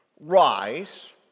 rise